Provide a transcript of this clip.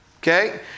Okay